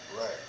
Right